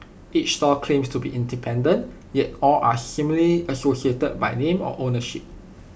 each stall claims to be independent yet all are seemingly associated by name or ownership